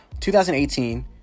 2018